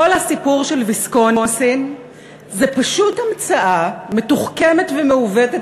כל הסיפור של ויסקונסין זה פשוט המצאה מתוחכמת ומעוותת